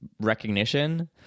recognition